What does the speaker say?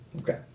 Okay